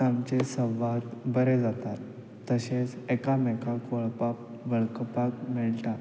आमचे संवाद बरे जातात तशेंच एकामेकाक वळपाक वळखपाक मेळटा